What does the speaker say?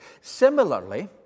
Similarly